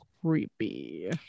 creepy